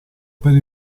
per